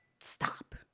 stop